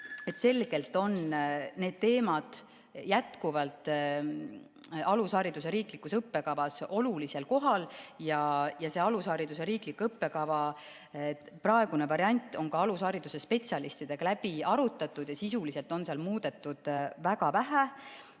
selgelt on need teemad jätkuvalt alushariduse riiklikus õppekavas olulisel kohal. See alushariduse riikliku õppekava praegune variant on ka alushariduse spetsialistidega läbi arutatud ja sisuliselt on seal muudetud väga vähe.